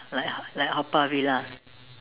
like like Haw-Par villa